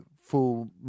full